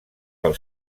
pel